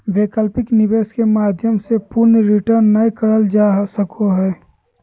वैकल्पिक निवेश के माध्यम से पूर्ण रिटर्न नय करल जा सको हय